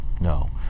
No